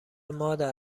مادر